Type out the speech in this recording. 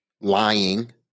lying